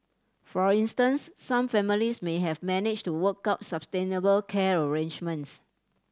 for instance some families may have managed to work out sustainable care arrangements